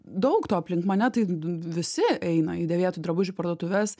daug to aplink mane tai visi eina į dėvėtų drabužių parduotuves